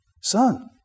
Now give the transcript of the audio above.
Son